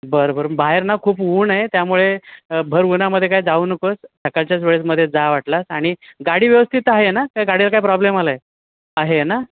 बरं बरं बाहेर ना खूप ऊन आहे त्यामुळे भर उन्हामध्ये काय जाऊ नकोस सकाळच्याच वेळेसमध्ये जा वाटलास आणि गाडी व्यवस्थित आहे ना का गाडीवर काय प्रॉब्लेम आला आहे आहे ना